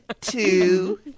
two